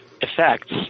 effects